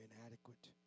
inadequate